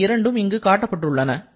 அவை இரண்டும் இங்கு காட்டப்பட்டுள்ளன